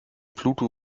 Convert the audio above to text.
pluto